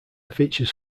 features